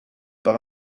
par